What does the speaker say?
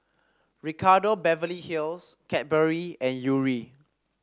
Ricardo Beverly Hills Cadbury and Yuri